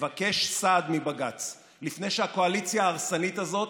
נבקש סעד מבג"ץ לפני שהקואליציה ההרסנית הזאת